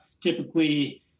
typically